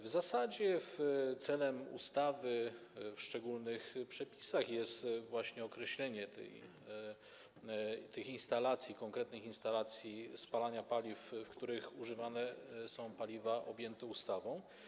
W zasadzie celem ustawy w poszczególnych przepisach jest właśnie określenie tych instalacji, konkretnych instalacji spalania paliw, w których używane są paliwa objęte ustawą.